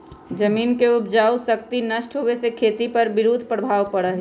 जमीन के उपजाऊ शक्ति नष्ट होवे से खेती पर विरुद्ध प्रभाव पड़ा हई